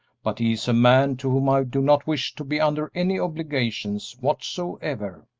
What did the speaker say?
but he is a man to whom i do not wish to be under any obligations whatsoever.